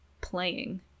playing